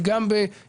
זה גם בהצטיידות,